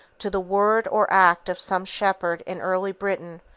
to the word or act of some shepherd in early britain,